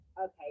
okay